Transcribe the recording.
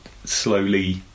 slowly